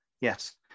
yes